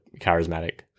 charismatic